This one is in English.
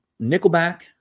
Nickelback